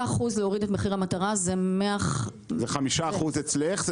10% להוריד את מחיר המטרה --- זה 5% אצלך,